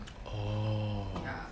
oh